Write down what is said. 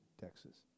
Texas